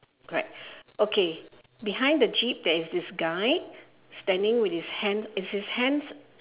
correct okay behind the jeep there is this guy standing with his hands is his hands